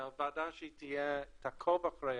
כוועדה שתעקוב אחרי